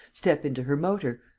step into her motor.